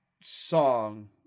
song